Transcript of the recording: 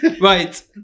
Right